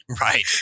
Right